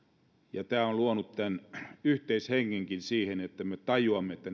tämä on luonut tämän yhteishengenkin siihen että me tajuamme että